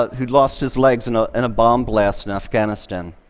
who lost his legs in a and bomb blast in afghanistan.